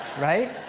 right?